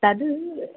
तद्